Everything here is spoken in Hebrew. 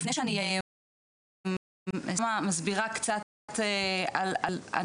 מונה 500 ילדים ולפני שאני מסבירה קצת על הנתונים,